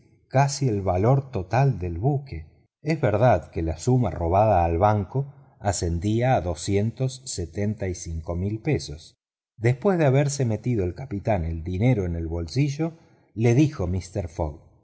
casi el valor total del buque es verdad que la suma robada al banco ascendía a cincuenta y cinco mil libras después de haberse metido el capitán el dinero en el bolsillo le dijo mister fogg